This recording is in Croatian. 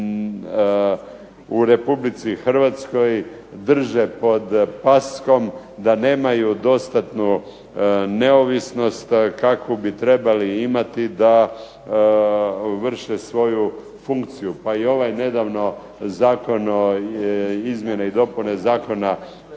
u Republici Hrvatskoj drže pod paskom, da nemaju dostatnu neovisnost kakvu bi trebali imati da vrše svoju funkciju. Pa i ovaj nedavno zakon, Izmjene i dopune Zakona